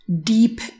deep